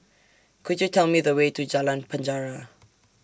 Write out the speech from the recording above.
Could YOU Tell Me The Way to Jalan Penjara